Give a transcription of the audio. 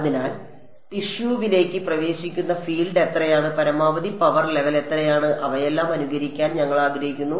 അതിനാൽ ടിഷ്യുവിലേക്ക് പ്രവേശിക്കുന്ന ഫീൽഡ് എത്രയാണ് പരമാവധി പവർ ലെവൽ എത്രയാണ് അവയെല്ലാം അനുകരിക്കാൻ ഞങ്ങൾ ആഗ്രഹിക്കുന്നു